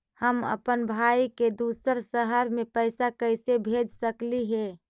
हम अप्पन भाई के दूसर शहर में पैसा कैसे भेज सकली हे?